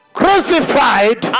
crucified